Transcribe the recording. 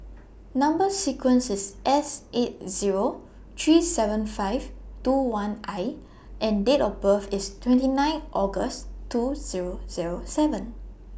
Number sequence IS S eight Zero three seven five two one I and Date of birth IS twenty nine August two Zero Zero seven